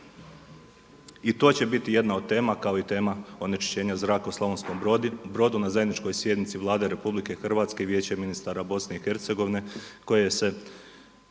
I to će biti jedna od tema kao i tema onečišćenja zraka u Slavonskom Brodu na zajedničkoj sjednici Vlade Republike Hrvatske i Vijeća ministara Bosne i Hercegovine koje se